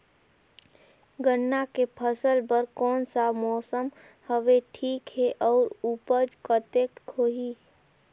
गन्ना के फसल बर कोन सा मौसम हवे ठीक हे अउर ऊपज कतेक होही?